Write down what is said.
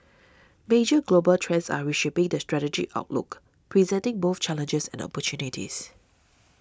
major global trends are reshaping the strategic outlook presenting both challenges and opportunities